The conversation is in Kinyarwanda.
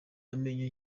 amenyo